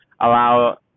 allow